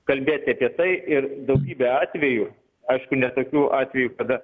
kalbėti apie tai ir daugybė atvejų aišku ne tokių atvejų kada